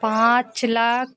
पाँच लाख